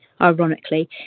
ironically